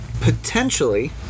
potentially